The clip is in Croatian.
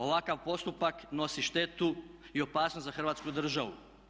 Ovakav postupak nosi štetu i opasnost za hrvatsku državu.